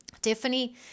Tiffany